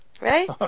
Right